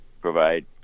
provide